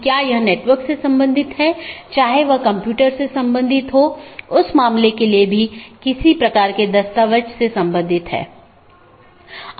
BGP पड़ोसी या BGP speaker की एक जोड़ी एक दूसरे से राउटिंग सूचना आदान प्रदान करते हैं